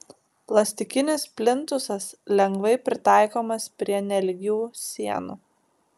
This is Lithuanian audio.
plastikinis plintusas lengvai pritaikomas prie nelygių sienų